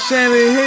Sammy